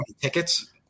tickets